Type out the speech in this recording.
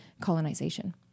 colonization